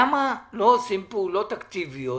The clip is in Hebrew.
למה לא עושים פעולות אקטיביות,